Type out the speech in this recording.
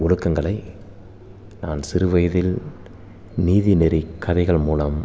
ஒழுக்கங்களை நான் சிறு வயதில் நீதிநெறி கதைகள் மூலம்